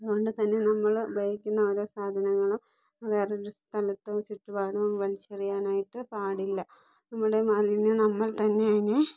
അതുകൊണ്ട് തന്നെ നമ്മൾ ഉപയോഗിക്കുന്ന ഓരോ സാധനങ്ങളും വേറെയൊരു സ്ഥലത്തോ ചുറ്റുപാടും വലിച്ചെറിയാനായിട്ട് പാടില്ല നമ്മളുടെ മാലിന്യം നമ്മൾ തന്നെ അതിനെ